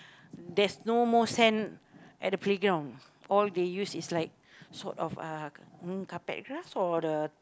there's no more sand at the playground all they use is like sort of uh room carpet grass or the